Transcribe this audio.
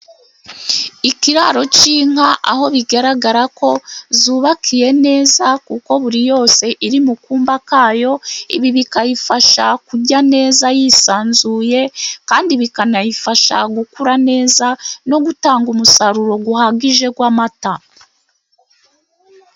Ikiraro k'inka, aho bigaragara ko zubakiye neza, kuko buri yose iri mu kumba kayo, ibi bikayifasha kurya neza yisanzuye, kandi bikanayifasha gukura neza, no gutanga umusaruro uhagije w'amata.